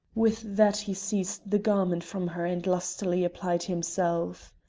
with that he seized the garment from her and lustily applied himself.